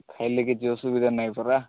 ଖାଇଲେ କିଛି ଅସୁବିଧା ନାହିଁ ପରା